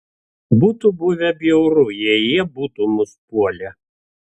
būtų buvę bjauru jei jie būtų mus puolę